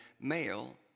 male